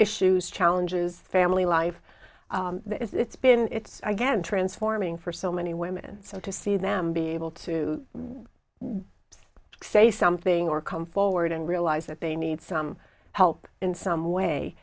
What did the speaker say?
issues challenges family life that it's been it's again transforming for so many women and so to see them be able to say something or come forward and realize that they need some help in some way